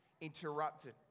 interrupted